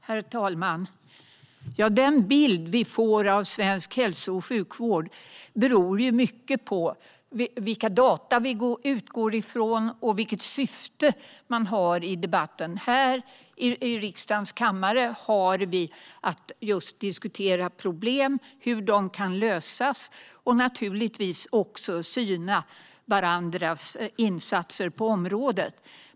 Herr talman! Den bild vi får av svensk hälso och sjukvård beror mycket på vilka data vi utgår från och vilket syfte man har i debatten. I riksdagens kammare har vi att just diskutera problem och hur de kan lösas och naturligtvis också att syna varandras insatser på området.